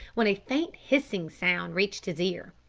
when a faint hissing sound reached his ear.